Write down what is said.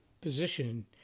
position